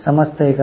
समजतय का